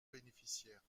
bénéficiaire